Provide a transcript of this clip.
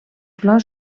flors